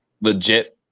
legit